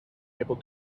able